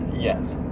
Yes